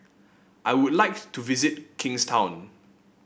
I would like to visit Kingstown